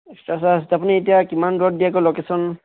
extra চাৰ্জটো আপুনি এতিয়া কিমান দূৰত দিয়ে আকৌ লোকেশ্য়ন